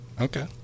Okay